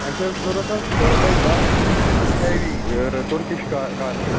اَسہِ ٲس ضوٚرَتھ حظ دَہ بَے بَہہ ہیوی تُرکِش کا کارپٮ۪ٹ